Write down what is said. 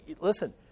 listen